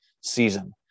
season